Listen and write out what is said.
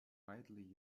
widely